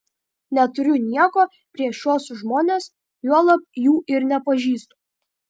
neturiu nieko prieš šiuos žmones juolab jų ir nepažįstu